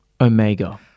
Omega